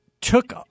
took